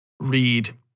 Read